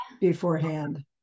beforehand